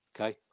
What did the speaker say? Okay